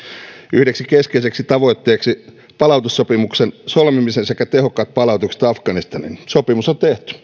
yhdeksi keskeiseksi tavoitteeksi palautussopimuksen solmimisen sekä tehokkaat palautukset afganistaniin sopimus on tehty